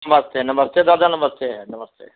नमस्ते नमस्ते दादा नमस्ते है नमस्ते